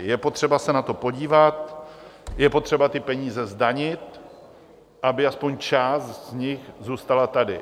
Je potřeba se na to podívat, je potřeba ty peníze zdanit, aby aspoň část z nich zůstala tady.